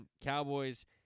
Cowboys